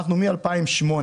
מ-2008,